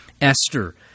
Esther